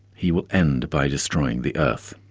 he will end by destroying the earth'.